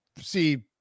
see